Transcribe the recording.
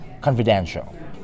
confidential